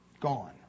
gone